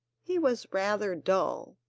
he was rather dull,